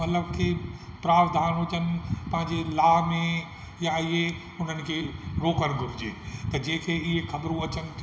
मतलबु की प्रार धार हुजनि पंहिंजे लाइ में या इहे उन्हनि खे रोकणु घुरिजे त जेके ई ख़बरूं अचनि थियूं